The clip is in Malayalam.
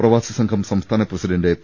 പ്രവാസി സംഘം സംസ്ഥാന പ്രസിഡന്റ് പി